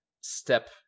step